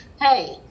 hey